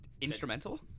instrumental